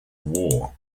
war